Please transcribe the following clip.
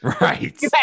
Right